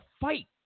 fight